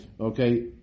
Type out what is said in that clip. Okay